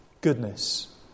Goodness